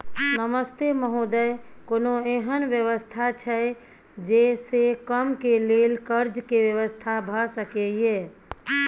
नमस्ते महोदय, कोनो एहन व्यवस्था छै जे से कम के लेल कर्ज के व्यवस्था भ सके ये?